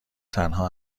تنها